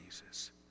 Jesus